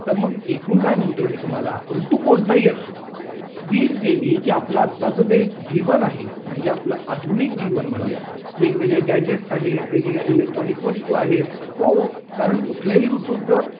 तर मग एकूण काय म्हणतो आहे मी तुम्हाला ऋतू कोणताही असो वीज गेली की आपलं आताचं जे जीवन आहे म्हणजे आपलं आधुनिक जीवन म्हणूया वेगवेगळे गॅजेट्स आहेत वेगवेगळ्या इलेक्ट्रॉनिक वस्तू आहेत हो कारण कुठल्याही ऋतूत जर